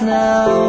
now